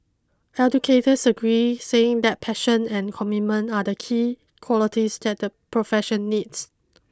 educators agreed saying that passion and commitment are the key qualities that the profession needs